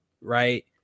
right